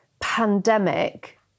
pandemic